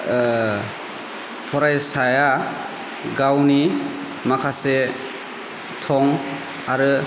फरायसाया गावनि माखासे थं आरो